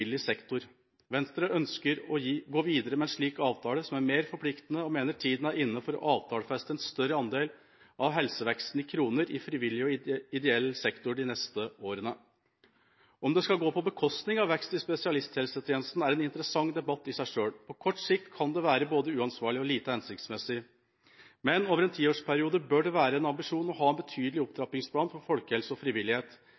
frivillig sektor. Venstre ønsker å gå videre med en slik avtale, som er mer forpliktende, og mener tiden er inne for å avtalefeste en større andel av helseveksten i kroner i frivillig og ideell sektor de neste årene. Om det skal gå på bekostning av vekst i spesialisthelsetjenesten er en interessent debatt i seg selv. På kort sikt kan det være både uansvarlig og lite hensiktsmessig, men over en tiårsperiode bør det være en ambisjon å ha en betydelig